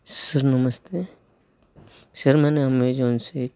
sir नमस्ते sir मैंने Amazon से एक